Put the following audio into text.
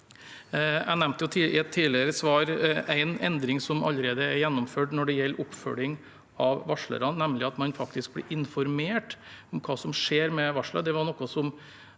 Jeg nevnte i et tidligere svar én endring som allerede er gjennomført når det gjelder oppfølging av varslerne, nemlig at man faktisk blir informert om hva som skjer med varslene.